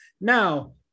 Now